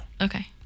okay